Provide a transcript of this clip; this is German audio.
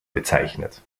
bezeichnet